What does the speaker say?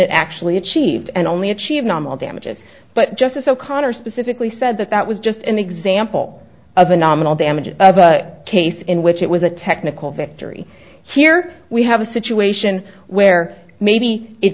it actually achieved and only achieve nominal damages but justice o'connor specifically said that that was just an example of the nominal damages of a case in which it was a technical victory here we have a situation where maybe if